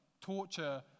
torture